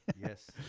Yes